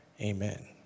Amen